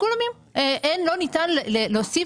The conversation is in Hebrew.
גם הנושא